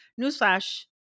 Newsflash